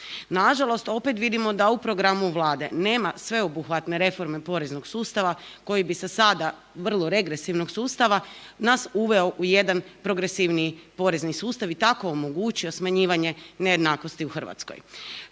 Nažalost opet vidimo da u programu Vlade nema sveobuhvatne reforme poreznog sustava, koji bi se, sada vrlo regresivnog sustava, nas uveo u jedan progresivniji porezni sustav i tako omogućio smanjivanje nejednakosti u Hrvatskoj.